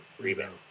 rebound